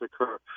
occur